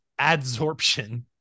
adsorption